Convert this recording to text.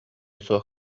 суох